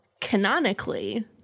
canonically